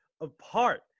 apart